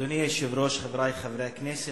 אדוני היושב-ראש, חברי חברי הכנסת,